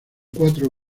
cuatro